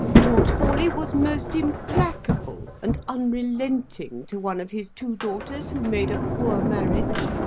george forley was most implacable and unrelenting to one of his two daughters who made a poor marriage.